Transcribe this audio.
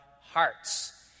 hearts